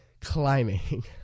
climbing